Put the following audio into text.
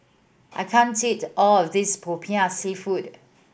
I can't eat all of this Popiah Seafood